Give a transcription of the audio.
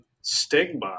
stigma